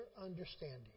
understanding